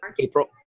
April